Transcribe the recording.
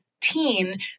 teen